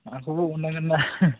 आंखौबो अननांगोन ना